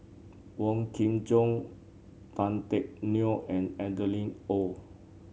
Wong Kin Jong Tan Teck Neo and Adeline Ooi